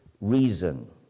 reason